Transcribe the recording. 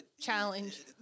challenge